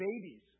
babies